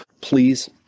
Please